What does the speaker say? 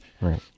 Right